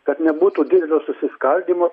kad nebūtų didelio susiskaldymo